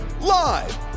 live